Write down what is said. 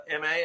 MA